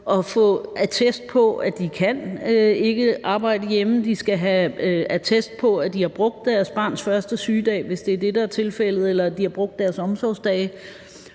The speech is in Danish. og få attest på, at de ikke kan arbejde hjemme; de skal have attest på, at de har brugt deres barns første sygedag, hvis det er det, der er tilfældet, eller at de har brugt deres omsorgsdage.